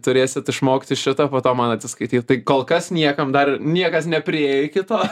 turėsit išmokti šitą po to man atsiskaityt tai kol kas niekam dar niekas nepriėjo iki to